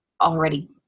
already